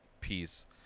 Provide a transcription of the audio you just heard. piece